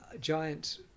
giant